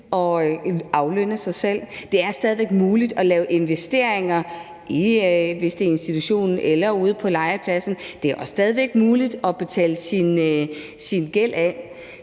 at aflønne sig selv; det er stadig væk muligt at lave investeringer i institutionen eller ude på legepladsen; det er også stadig væk muligt at betale sin gæld af.